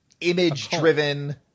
image-driven